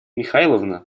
михайловна